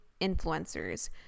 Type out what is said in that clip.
influencers